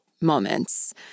moments